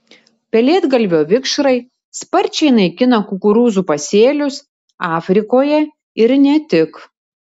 pelėdgalvio vikšrai sparčiai naikina kukurūzų pasėlius afrikoje ir ne tik